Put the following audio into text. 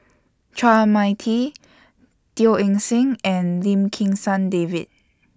Chua Mia Tee Teo Eng Seng and Lim Kim San David